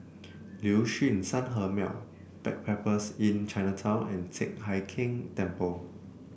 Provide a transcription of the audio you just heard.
Liuxun Sanhemiao Backpackers Inn Chinatown and Teck Hai Keng Temple